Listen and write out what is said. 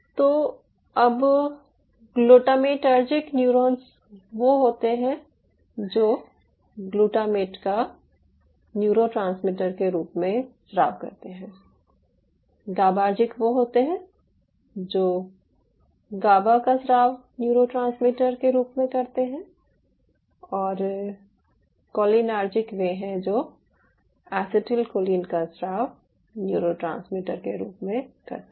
तो अब glutamatergic neurons वो होते हैं जो ग्लूटामेट का न्यूरोट्रांसमीटर के रूप में स्राव करते है गाबार्जिक वो होते हैं जो गाबा का स्राव न्यूरोट्रांसमीटर के रूप में करते हैं और कोलिनार्जिक वे हैं जो एसीटिलकोलिन का स्राव न्यूरोट्रांसमीटर के रूप में करते हैं